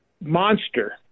monster